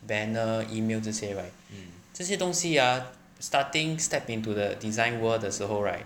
banner email 这些 right 这些东西啊 starting step into the design world 的时候 right